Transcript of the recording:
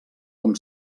com